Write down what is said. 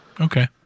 Okay